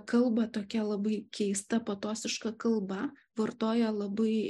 kalba tokia labai keista patosiška kalba vartoja labai